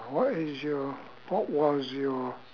what is your what was your